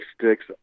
sticks